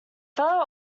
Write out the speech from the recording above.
fellow